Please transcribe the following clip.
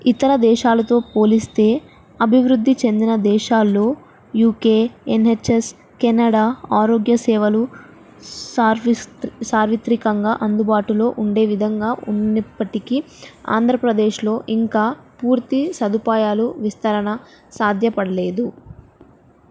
ఇతర దేశాలతో పోలిస్తే అభివృద్ధి చెందిన దేశాల్లో యూకే ఎన్హెచ్ఎస్ కెనడా ఆరోగ్య సేవలు సార్విస్త సాార్వత్రికంగా అందుబాటులో ఉండే విధంగా ఉన్నప్పటికీ ఆంధ్రప్రదేశ్లో ఇంకా పూర్తి సదుపాయాలు విస్తరణ సాధ్యపడలేదు